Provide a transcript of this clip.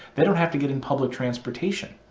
they don't have to get in public transportation.